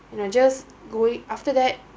you know just going after that